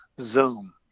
Zoom